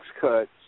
cuts